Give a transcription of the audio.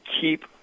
keep